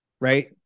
right